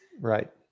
Right